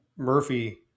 Murphy